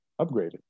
upgraded